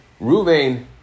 Ruvain